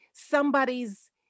somebody's